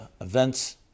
events